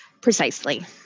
Precisely